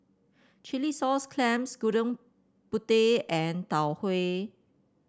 Chilli Sauce Clams Gudeg Putih and Tau Huay